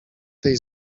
tej